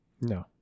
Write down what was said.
No